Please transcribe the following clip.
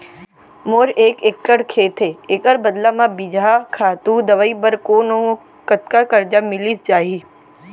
मोर एक एक्कड़ खेत हे, एखर बदला म बीजहा, खातू, दवई बर कोन अऊ कतका करजा मिलिस जाही?